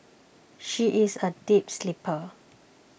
she is a deep sleeper